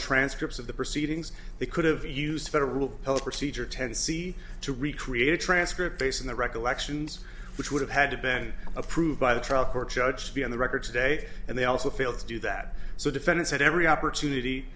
transcripts of the proceedings they could have used federal help procedure ten c to recreate a transcript based on the recollections which would have had to been approved by the trial court judge to be on the record today and they also failed to do that so defendants had every opportunity